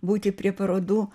būti prie parodų